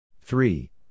Three